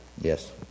Yes